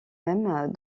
même